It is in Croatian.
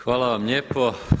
Hvala vam lijepo.